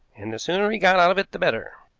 and the sooner he got out of it the better.